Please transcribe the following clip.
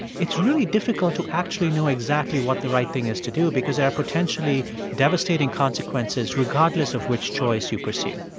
it's really difficult to actually know exactly what the right thing is to do because there are potentially devastating consequences regardless of which choice you pursue